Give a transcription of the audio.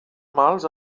mals